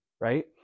Right